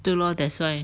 对 lor that's why